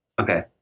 Okay